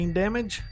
damage